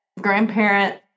grandparent